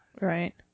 Right